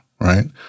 right